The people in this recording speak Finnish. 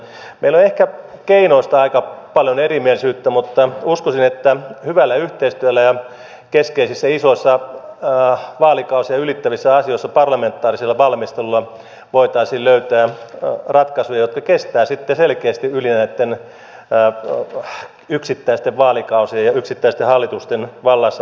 meillä on ehkä keinoista aika paljon erimielisyyttä mutta uskoisin että hyvällä yhteistyöllä ja keskeisissä isoissa vaalikausia ylittävissä asioissa parlamentaarisella valmistelulla voitaisiin löytää ratkaisuja jotka kestävät sitten selkeästi yli näitten yksittäisten vaalikausien ja yksittäisten hallitusten vallassaolon